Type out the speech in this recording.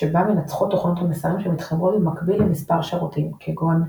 שבה מנצחות תוכנות המסרים שמתחברות במקביל למספר שירותים כמו Kopete,